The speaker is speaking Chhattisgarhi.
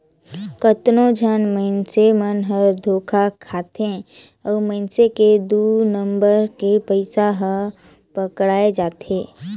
कतनो झन मइनसे मन हर धोखा खाथे अउ मइनसे के दु नंबर के पइसा हर पकड़ाए जाथे